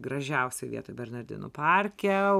gražiausioj vietoj bernardinų parke